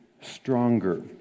stronger